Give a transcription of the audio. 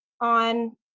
on